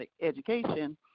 education